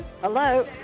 Hello